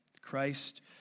Christ